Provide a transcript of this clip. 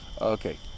Okay